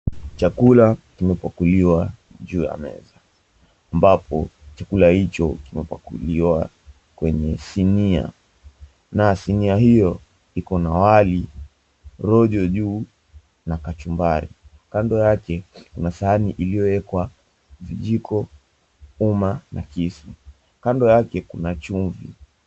Chakula kimepakuliwa juu ya meza. Ambapo chakula hicho kimepakuliwa kwenye sinia na sinia hiyoi iko na wali rojo juu na kachumbari. Kando yake kuna sahani iliyowekwa vijiko, umma na kisu. Kando yake kuna chumvi.